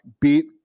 beat